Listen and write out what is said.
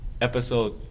episode